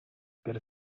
per